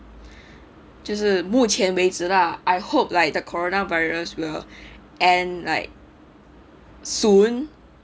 就是目前为止 lah I hope like the corona virus will end like soon